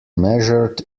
measured